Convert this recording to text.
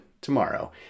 tomorrow